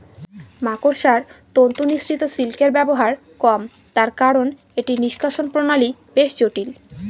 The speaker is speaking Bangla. মাকড়সার তন্তু নিঃসৃত সিল্কের ব্যবহার কম তার কারন এটি নিঃষ্কাষণ প্রণালী বেশ জটিল